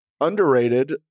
Underrated